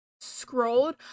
scrolled